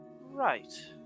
Right